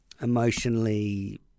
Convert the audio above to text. emotionally